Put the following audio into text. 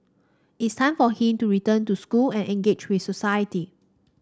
it's time for him to return to school and engage with society